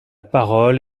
parole